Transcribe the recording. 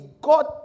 God